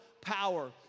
power